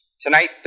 Tonight